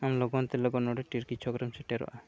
ᱟᱢ ᱞᱚᱜᱚᱱ ᱛᱮ ᱞᱚᱜᱚᱱ ᱱᱚᱰᱮ ᱴᱤᱨᱠᱤ ᱪᱷᱚᱠᱨᱮᱢ ᱥᱮᱴᱮᱨᱚᱜᱼᱟ